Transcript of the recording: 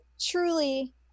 truly